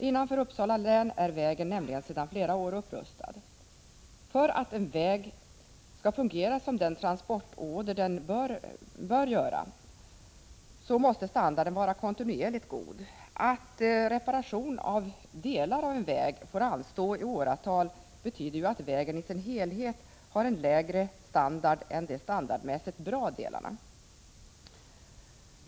I Uppsala län är vägen nämligen sedan flera år upprustad. För att en väg skall fungera som den transportåder den bör vara så måste standarden vara kontinuerligt god. Att reparation av delar av en väg får anstå i åratal betyder ju att vägen i sin helhet har en lägre standard än de standardmässigt bra delarna.